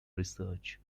research